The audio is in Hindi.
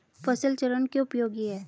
फसल चरण क्यों उपयोगी है?